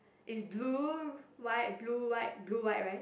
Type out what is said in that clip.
is blue white blue white blue white right